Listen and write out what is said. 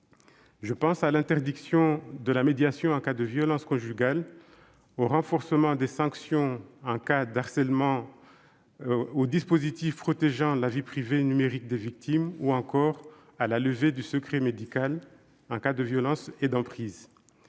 Je pense à l'interdiction de la médiation en cas de violences conjugales, au renforcement des sanctions en cas de harcèlement, aux dispositifs protégeant la vie privée numérique des victimes ou encore à la levée du secret médical en cas de violences et d'emprise.